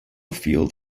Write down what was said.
field